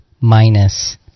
minus